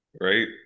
Right